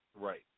Right